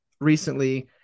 recently